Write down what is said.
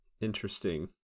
Interesting